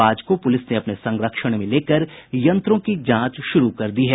बाज को पुलिस ने अपने संरक्षण में लेकर यंत्रों की जांच शुरू कर दी है